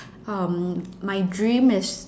um my dream is